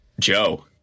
Joe